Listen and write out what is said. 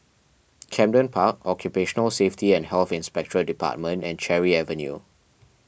Camden Park Occupational Safety and Health Inspectorate Department and Cherry Avenue